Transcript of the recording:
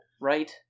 right